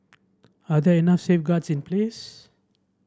are there enough safeguards in place